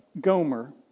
Gomer